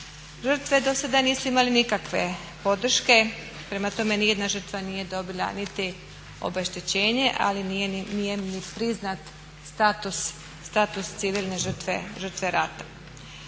Žrtve do sada nisu imale nikakve podrške, prema tome nijedna žrtva nije dobila niti obeštećenje, ali nije ni priznat status civilne žrtve rata.